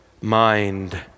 mind